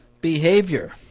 Behavior